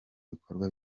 bikorwa